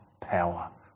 power